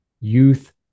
youth